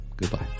Goodbye